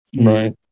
Right